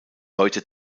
heute